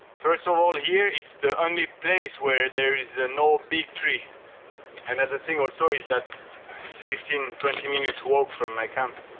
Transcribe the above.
first of all here it's the only place where there is no big tree another thing also so is that it's fifteen twenty minutes walk from my camp.